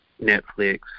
Netflix